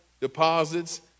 deposits